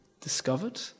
discovered